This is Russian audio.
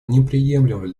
неприемлема